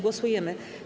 Głosujemy.